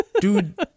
Dude